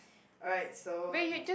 alright so